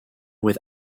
with